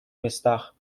местах